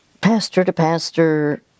pastor-to-pastor